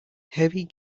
heavy